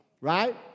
right